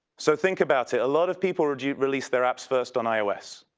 so think about it. a lot of people release release their apps first on ios.